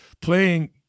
playing